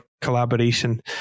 collaboration